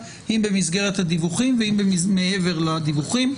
אם במסגרת הדיווחים ואם מעבר לדיווחים.